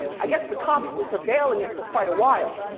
i guess the cops were surveilling it for quite awhile,